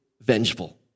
vengeful